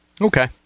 Okay